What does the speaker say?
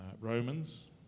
Romans